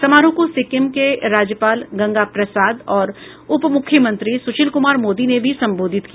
समारोह को सिक्किम के राज्यपाल गंगा प्रसाद और उपमुख्यमंत्री सुशील कुमार मोदी ने भी संबोधित किया